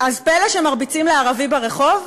אז פלא שמרביצים לערבי ברחוב?